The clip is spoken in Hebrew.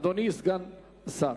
אדוני סגן השר,